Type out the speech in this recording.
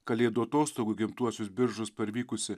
kalėdų atostogų į gimtuosius biržus parvykusi